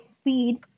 speed